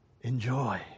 Enjoy